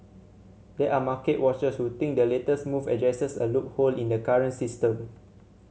there are market watchers who think the latest move addresses a loophole in the current system